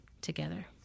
together